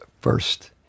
first